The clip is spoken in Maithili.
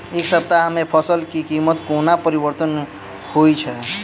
एक सप्ताह मे फसल केँ कीमत कोना परिवर्तन होइ छै?